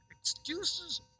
Excuses